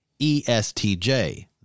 ESTJ